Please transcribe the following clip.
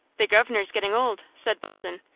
the governor's getting old, said bolton.